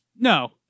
No